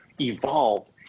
evolved